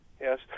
Yes